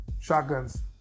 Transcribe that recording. shotguns